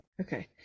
Okay